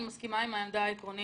אני מסכימה עם העמדה העקרונית,